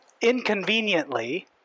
inconveniently